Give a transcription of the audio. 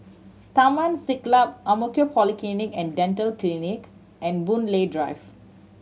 Taman Siglap Ang Mo Kio Polyclinic and Dental Clinic and Boon Lay Drive